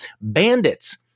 Bandits